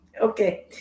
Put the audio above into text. okay